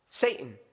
Satan